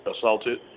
assaulted